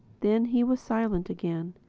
then he was silent again,